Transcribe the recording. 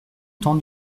temps